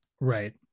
right